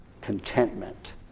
contentment